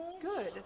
Good